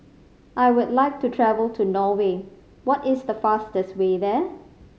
I would like to travel to Norway what is the fastest way there